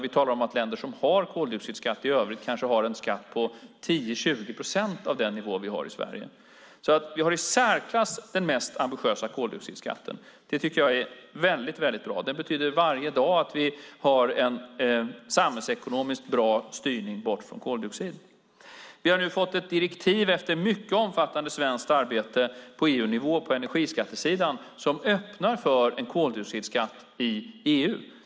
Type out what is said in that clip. Vi talar om att länder som tar ut koldioxidskatt kanske har en skatt på 10-20 procent av den nivå vi har i Sverige. Vi har i särklass den mest ambitiösa koldioxidskatten. Det är bra. Det betyder att vi varje dag har en samhällsekonomiskt bra styrning bort från koldioxiden. Vi har nu efter mycket omfattande svenskt arbete fått ett direktiv på EU-nivå på energiskattesidan som öppnar för en koldioxidskatt i EU.